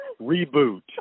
reboot